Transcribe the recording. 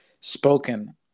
spoken